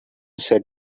said